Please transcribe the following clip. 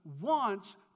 wants